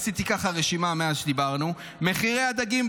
עשיתי רשימה מאז שדיברנו: מחירי הדגים,